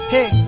Hey